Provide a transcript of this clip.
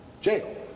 jail